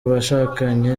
bashakanye